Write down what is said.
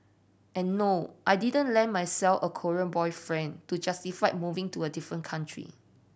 and no I didn't land myself a Korean boyfriend to justify moving to a different country